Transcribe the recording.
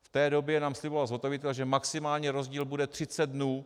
V té době nám sliboval zhotovitel, že maximální rozdíl bude 30 dnů.